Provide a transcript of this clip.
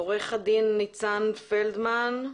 ביקשה לדבר עורכת דין ניצן פלדמן,